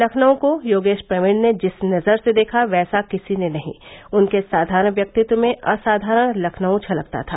लखनऊ को योगेश प्रवीण ने जिस नजर से देखा वैसे किसी ने नहीं उनके साधारण व्यक्तित्व में असाधारण लखनऊ झलकता था